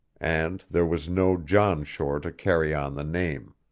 and there was no john shore to carry on the name.